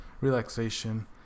relaxation